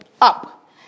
up